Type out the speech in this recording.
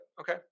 Okay